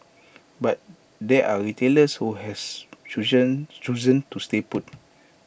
but there are retailers who has chosen to stay put